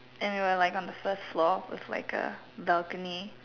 and we were like on the first floor with like a balcony